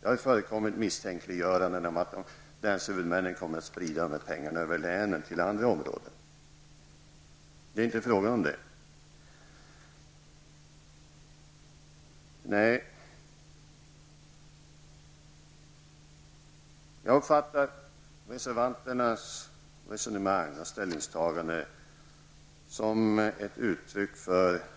Det har ju förekommit misstänkliggöranden som går ut på att länshuvudmännen skulle komma att sprida pengarna över länen till andra områden. Det är inte fråga om detta. Jag uppfattar reservanternas resonemang och ställningstaganden som ett uttryck för tanken: